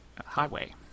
highway